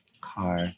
car